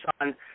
on